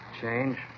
change